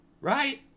right